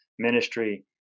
Ministry